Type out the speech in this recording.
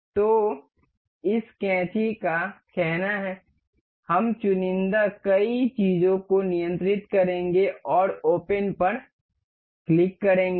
तो इस कैंची का कहना है हम चुनिंदा कई चीजों को नियंत्रित करेंगे और ओपन पर क्लिक करेंगे